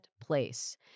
place